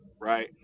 right